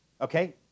Okay